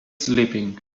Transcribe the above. sleeping